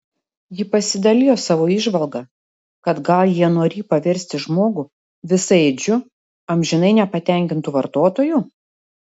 ji pasidalijo savo įžvalga kad gal jie norį paversti žmogų visaėdžiu amžinai nepatenkintu vartotoju